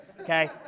okay